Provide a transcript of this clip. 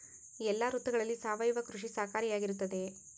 ಎಲ್ಲ ಋತುಗಳಲ್ಲಿ ಸಾವಯವ ಕೃಷಿ ಸಹಕಾರಿಯಾಗಿರುತ್ತದೆಯೇ?